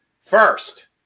First